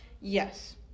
yes